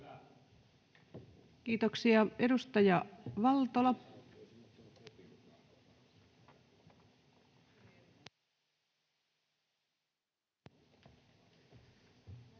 Kiitoksia. — Edustaja Valtola. [Speech